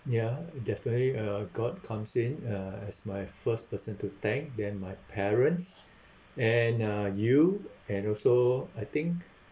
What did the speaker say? ya definitely uh god comes in uh as my first person to thank then my parents and uh you and also I think